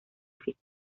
físico